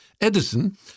Edison